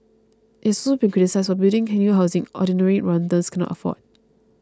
it has also been criticised for building new housing ordinary Rwandans cannot afford